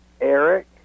Eric